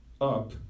up